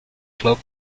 club